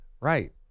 Right